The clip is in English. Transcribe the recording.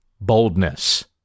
boldness